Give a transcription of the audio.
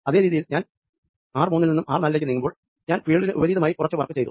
അതെ രീതിയിൽ ഞാൻ ആർ മൂന്നിൽ നിന്നും ആർ നാലിലേക്ക് നീങ്ങുമ്പോൾ ഞാൻ ഫീൽഡിന് വിപരീതമായി കുറച്ച് വർക്ക് ചെയ്തു